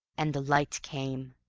and the light came!